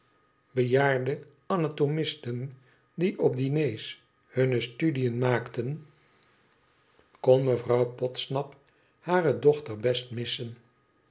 bejaarde anatomisten die op diners hunne studiën maakten kon mevrouw podsnap hare dochter best missen